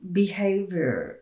behavior